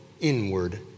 inward